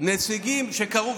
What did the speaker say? כשנציגים קראו,